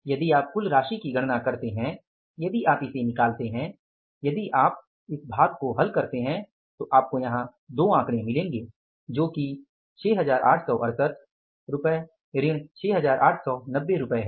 यदि आप कुल राशि की गणना करते हैं यदि आप इसे निकलते हैं यदि आप यदि आप इस भाग को हल करते हैं तो आपको यहां दो आंकड़े मिलेंगे जो कि 6868 रुपए ऋण 6890 रुपए है